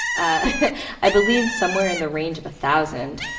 ah i believe somewhere in the range of a thousand,